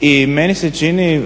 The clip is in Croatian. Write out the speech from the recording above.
i meni se čini